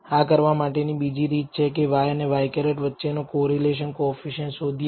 આ કરવા માટેની બીજી રીત છે કે y અને ŷ વચ્ચેનો કોરિલેશન કોએફિસિએંટ્ શોધીએ